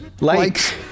likes